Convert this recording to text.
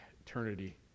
eternity